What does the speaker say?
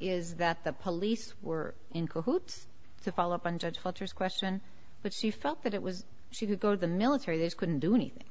is that the police were in cahoots to follow up on judge walters question but she felt that it was she would go to the military this couldn't do anything